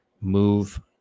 move